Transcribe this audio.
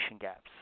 gaps